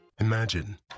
Imagine